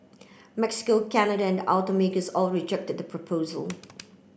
Mexico Canada and automakers all reject that proposal